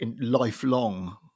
lifelong